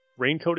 raincoated